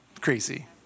crazy